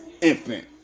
Infant